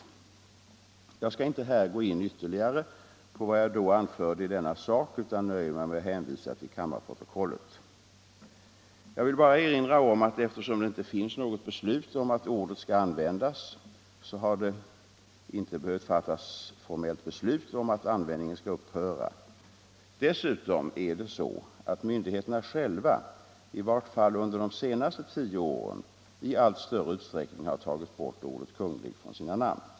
Jag skall inte här gå in ytterligare på vad jag då anförde i denna sak utan nöjer mig med att hänvisa till kammarprotokollet. Jag vill bara erinra om att eftersom det inte finns något beslut om att ordet skall användas, så har det inte behövt fattas formellt beslut om att användningen skall upphöra. Dessutom är det så att myndigheterna själva, i vart fall under de senaste tio åren, i allt större utsträckning har tagit bort ordet kunglig från sina namn.